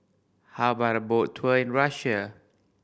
how about a boat tour in Russia